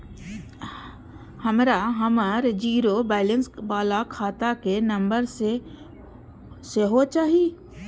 हमरा हमर zero balance बाला खाता के नम्बर सेहो चाही